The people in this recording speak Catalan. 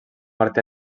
martí